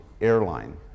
airline